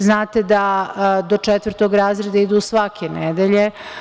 Znate da do četvrtog razreda idu svake nedelje.